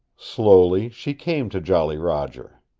slowly she came to jolly roger.